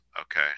Okay